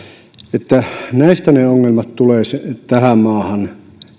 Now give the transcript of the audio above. siitä ne ongelmat tulevat tähän maahan